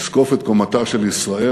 לזקוף את קומתה של ישראל.